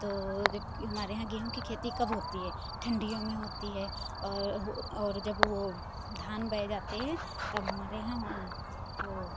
तो जब हमारे यहाँ गेहूं की खेती कब होती है ठंडियों में होती है और हो और जब वो धान बोये जाते हैं तब हमारे यहाँ वो